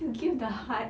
you give the heart